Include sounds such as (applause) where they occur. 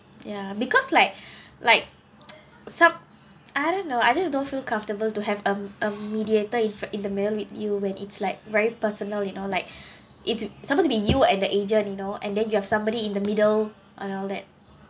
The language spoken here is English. ya because like (breath) like some I don't know I just don't feel comfortable to have a a mediator in front in the mail with you when it's like very personally you know like (breath) it suppose to be you and the agent you know and then you have somebody in the middle and all that